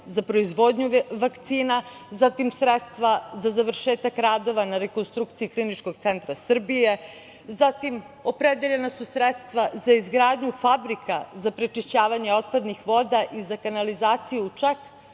za proizvodnju vakcina, zatim sredstva za završetak radova na rekonstrukciji Kliničkog centra Srbije, zatim opredeljena su sredstva za izgradnju fabrika za prečišćavanje otpadnih voda i za kanalizaciju u čak